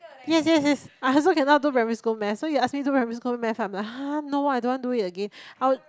yes yes yes I also cannot do primary school maths so you ask me do primary school maths I'm like !huh! no I don't want do it again I